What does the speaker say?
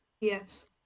Yes